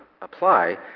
apply